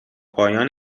پایان